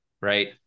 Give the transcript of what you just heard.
right